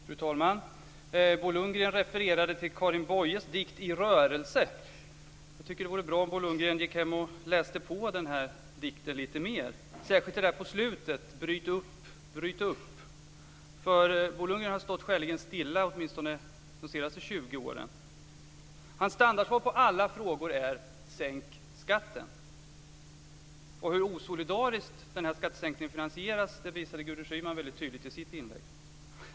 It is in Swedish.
Fru talman! Bo Lundgren refererade till Karin Boyes dikt I rörelse. Det vore bra om Bo Lundgren gick hem och läste på den dikten lite mer, särskilt det som står på slutet, "Bryt upp, bryt upp". Bo Lundgren har stått skäligen stilla åtminstone de senaste 20 åren. Hans standardsvar på alla frågor är: Sänk skatten! Gudrun Schyman visade tydligt hur osolidariskt skattesänkningen finansieras.